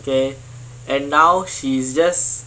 kay and now she's just